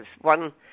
one